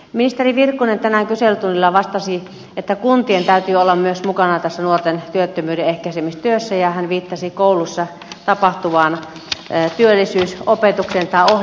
ministeri virkkunen tänään kyselytunnilla vastasi että kuntien täytyy olla myös mukana tässä nuorten työttömyyden ehkäisemistyössä ja hän viittasi koulussa tapahtuvaan työllisyysopetukseen tai ohjaukseen